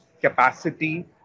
capacity